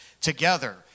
together